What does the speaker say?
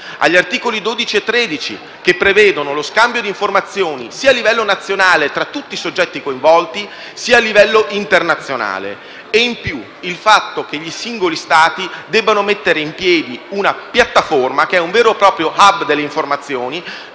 agli articoli 12 e 13, che prevedono lo scambio di informazioni sia a livello nazionale tra tutti i soggetti coinvolti, sia a livello internazionale e in più il fatto che i singoli Stati debbano mettere in piedi una piattaforma che è un vero proprio *hub* delle informazioni